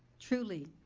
truly,